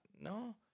no